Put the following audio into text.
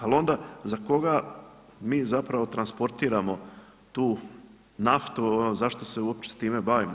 Ali onda, za koga mi zapravo transportiramo, tu naftu, ono zašto se uopće s time bavimo.